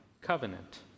covenant